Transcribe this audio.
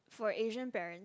for Asian parents